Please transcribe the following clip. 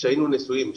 שהיינו נשואים,